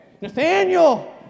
Nathaniel